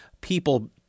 people